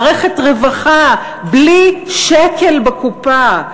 מערכת רווחה בלי שקל בקופה.